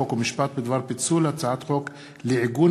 חוק ומשפט בדבר פיצול הצעת חוק לעיגון